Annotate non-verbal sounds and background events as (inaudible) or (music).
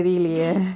(laughs)